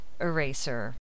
Eraser